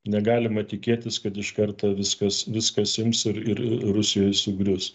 negalima tikėtis kad iš karto viskas viskas ims ir ir rusijoj sugrius